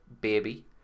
baby